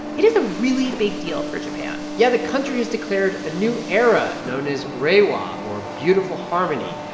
it is a really big deal for japan yeah, the country has declared a new era known as reiwa, or beautiful harmony.